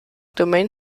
domain